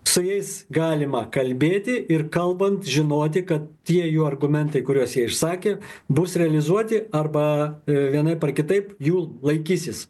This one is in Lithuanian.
su jais galima kalbėti ir kalbant žinoti kad tie jų argumentai kuriuos jie išsakė bus realizuoti arba vienaip ar kitaip jų laikysis